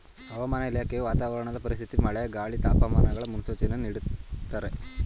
ಹವಾಮಾನ ಇಲಾಖೆಯು ವಾತಾವರಣದ ಪರಿಸ್ಥಿತಿ ಮಳೆ, ಗಾಳಿ, ತಾಪಮಾನಗಳ ಮುನ್ಸೂಚನೆಯನ್ನು ನೀಡ್ದತರೆ